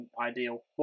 ideal